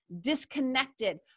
disconnected